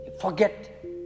forget